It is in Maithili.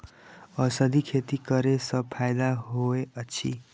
औषधि खेती करे स फायदा होय अछि?